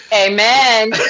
Amen